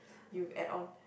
you add on